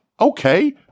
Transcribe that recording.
Okay